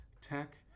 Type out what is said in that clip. tech